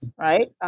right